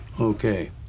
Okay